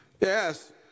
Yes